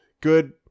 good